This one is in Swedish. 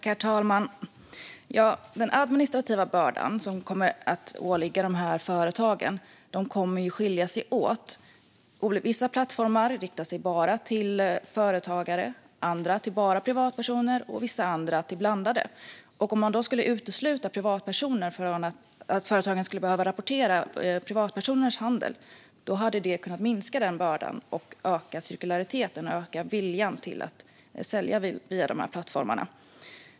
Herr talman! Den administrativa börda som kommer att åligga dessa företag kommer att skilja sig åt. Vissa plattformar riktar sig bara till företagare och andra bara till privatpersoner, medan andra är blandade. Om man uteslöt privatpersoners handel från företagens rapportering hade bördan kunnat minska och cirkulariteten öka, liksom viljan att sälja via dessa plattformar.